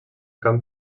camp